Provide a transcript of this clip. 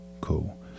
cool